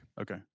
Okay